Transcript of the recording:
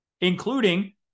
including